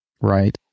right